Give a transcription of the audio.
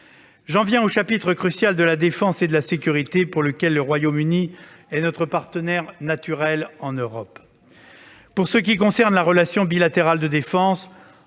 J'en viens au chapitre crucial de la défense et de la sécurité, pour lequel le Royaume-Uni est notre partenaire naturel en Europe. Pour ce qui concerne la relation bilatérale de défense,